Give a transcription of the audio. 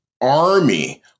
army